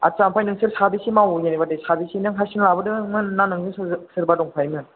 आदसा आमफ्राय नोंसोर साबेसे मावो जेन'बा दे साबेसे नों हारसिं लाबोदोंमोनना नोंजों सोर सोरबा दंफायोमोन